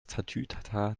tatütata